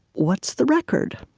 what's the record?